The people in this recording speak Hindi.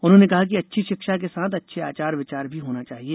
उन्होंने कहा कि अच्छी शिक्षा के साथ अच्छे आचार विचार भी होना चाहिए